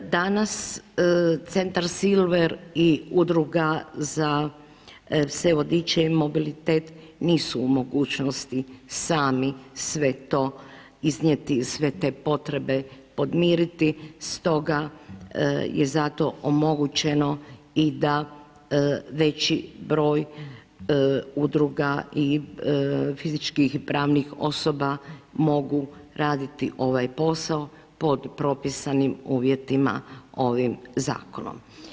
Danas Centar Silver i Udruga za pse vodiče i mobilitet nisu u mogućnosti sami sve to iznijeti, sve te potrebe podmiriti stoga je za to omogućeno i da veći broj udruga i fizičkih i pravnih osoba mogu raditi ovaj posao pod propisanim uvjetima ovim zakonom.